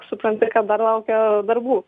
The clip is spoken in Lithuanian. supranti kad dar laukia darbų